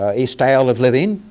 ah a style of living,